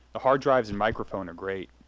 the hard drives and microphone are great.